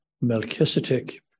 Melchizedek